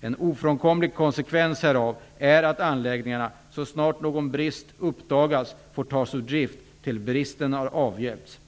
En ofrånkomlig konsekvens härav är att anläggningarna, så snart någon brist uppdagas, får tas ur drift tills bristen har avhjälpts.